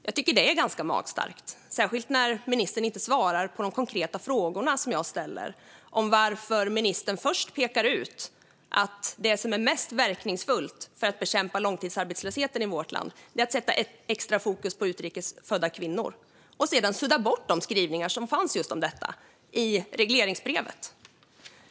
Jag tycker att det är ganska magstarkt, särskilt när ministern inte svarar på de konkreta frågor jag ställer om varför ministern först pekar ut att det som är mest verkningsfullt för att bekämpa långtidsarbetslösheten i vårt land är att sätta extra fokus på utrikes födda kvinnor och sedan suddar bort de skrivningar som fanns om just detta i regleringsbrevet.